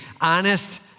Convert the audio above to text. honest